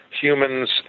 humans